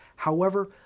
however,